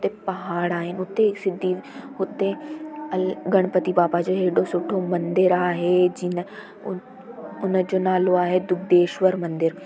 हुते पाहाड़ आहिनि हुते सिधी हुते हुते अल गणपति बाबा जो हेॾो सुठो मंदरु आहे जिन हुन हुनजो नालो आहे दूधेश्वर मंदरु